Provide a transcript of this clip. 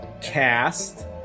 cast